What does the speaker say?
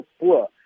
poor